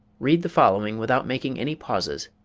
read the following without making any pauses.